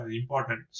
important